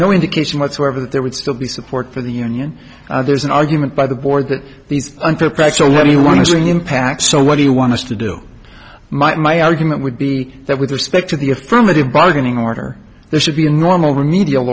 no indication whatsoever that there would still be support for the union there's an argument by the board that these unfair practices let me want to bring impact so what do you want to do my argument would be that with respect to the affirmative bargaining order there should be a normal remedial